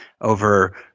over